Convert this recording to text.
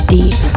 Deep